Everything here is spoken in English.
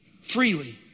freely